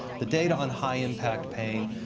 the date on high-impact pain,